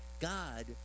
God